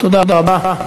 תודה רבה.